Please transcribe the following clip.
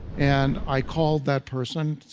and i called that person,